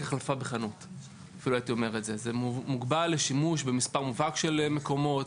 החלפה בחנות; הם מוגבלים לשימוש במספר מובהק של מקומות,